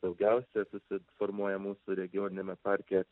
daugiausia susi formuoja mūsų regioniniame parke